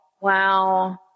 Wow